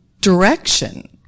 direction